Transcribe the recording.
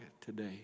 today